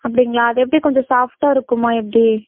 அப்படிங்களா அது எப்படி கொஞ்சோம் சாஃப்ட்டாக இருக்குமா எப்படி